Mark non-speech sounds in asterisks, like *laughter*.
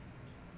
*noise*